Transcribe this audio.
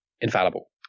infallible